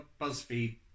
BuzzFeed